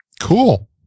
Cool